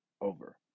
over